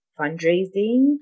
fundraising